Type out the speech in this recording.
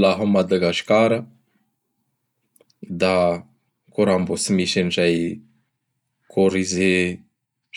Laha a Madagasikara; da koa raha mbô tsy misy an'izay Corisé